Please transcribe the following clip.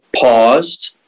paused